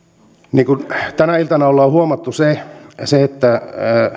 tänä iltana ollaan huomattu se se että